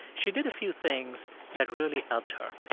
she did a few things that really helped her.